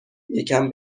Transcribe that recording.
یکم